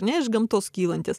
ne iš gamtos kylantys